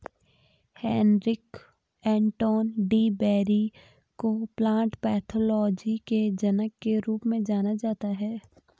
Heinrich Anton de Bary को plant pathology के जनक के रूप में जाना जाता है